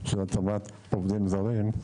על התאמת עובדים זרים.